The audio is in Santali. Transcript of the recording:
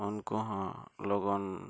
ᱩᱱᱠᱩ ᱦᱚᱸ ᱞᱚᱜᱚᱱ